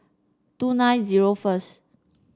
two nine zero first